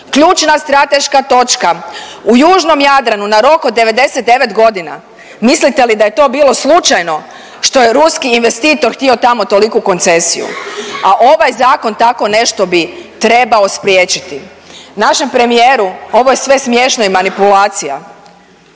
ključna strateška točka u južnom Jadranu na rok od 99 godina. Mislite li da je to bilo slučajno što je ruski investitor htio tamo toliku koncesiju? A ovaj zakon tako nešto bi trebao spriječiti. Našem premijeru ovo je sve smiješno i manipulacija,